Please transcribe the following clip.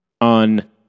on